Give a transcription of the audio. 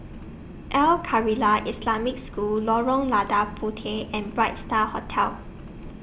Al Khairiah Islamic School Lorong Lada Puteh and Bright STAR Hotel